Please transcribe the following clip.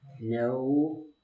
No